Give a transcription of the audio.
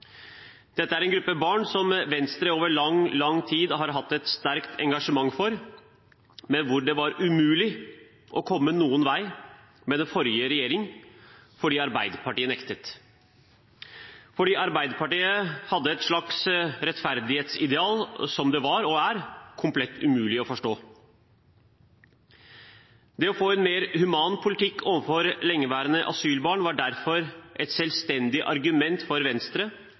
Dette er en gruppe barn som Venstre over lang, lang tid har hatt et sterkt engasjement for, men hvor det var umulig å komme noen vei med den forrige regjering fordi Arbeiderpartiet nektet, fordi Arbeiderpartiet hadde et slags rettferdighetsideal som det var – og er – komplett umulig å forstå. Det å få en mer human politikk overfor lengeværende asylbarn var derfor et selvstendig argument for Venstre